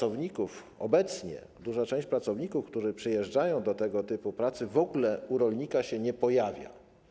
Obecnie duża część pracowników, którzy przyjeżdżają do tego typu pracy, w ogóle u rolnika się nie pojawia.